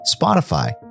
Spotify